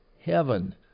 heaven